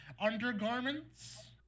undergarments